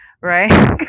right